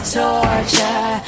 torture